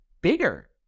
bigger